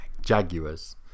Jaguars